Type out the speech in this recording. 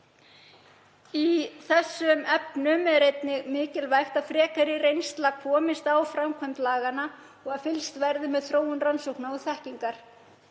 Í þessum efnum er einnig mikilvægt að frekari reynsla komist á framkvæmd laganna og að fylgst verði með þróun rannsókna og þekkingar.